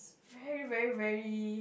very very very